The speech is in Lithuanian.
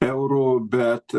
eurų bet